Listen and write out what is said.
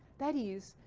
that is,